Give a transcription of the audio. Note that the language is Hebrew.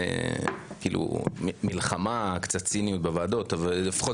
מלחמה וציניות בוועדות ודווקא